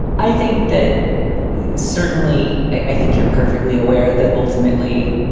i think that certainly i think you're perfectly aware that ultimately,